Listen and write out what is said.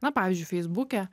na pavyzdžiui feisbuke